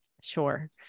sure